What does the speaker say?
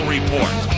Report